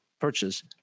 purchase